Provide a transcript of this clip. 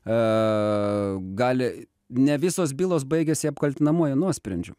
a gali ne visos bylos baigiasi apkaltinamuoju nuosprendžiu